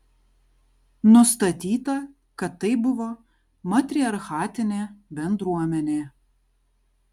nustatyta kad tai buvo matriarchatinė bendruomenė